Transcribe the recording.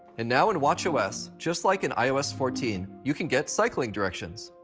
and now in watchos, just like in ios fourteen, you can get cycling directions.